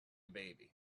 baby